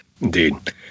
Indeed